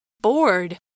bored